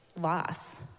loss